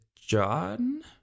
John